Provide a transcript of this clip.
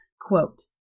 Quote